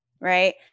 right